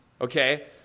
Okay